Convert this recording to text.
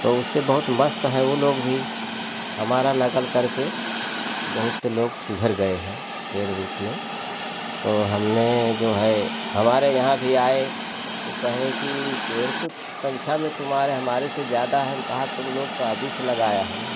तो उससे बहुत मस्त है वो लोग भी हमारा नकल करके बहुत से लोग सुधर गए है पेड़ झुक में तो हमने जो है हमारे यहाँ भी आए वो कहें कि पेड़ तो संख्या में तुम्हारे हमारे से ज्यादा है वो कहा तुम लोग तो अभी से लगाया हैना